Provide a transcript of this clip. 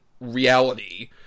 reality